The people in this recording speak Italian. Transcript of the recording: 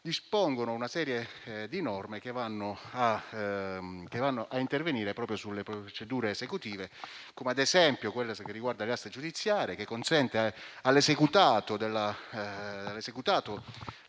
dispongono una serie di misure che intervengono sulle procedure esecutive come, ad esempio, quelle che riguardano le aste giudiziarie, che consentono all'esecutato,